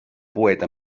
poeta